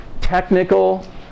technical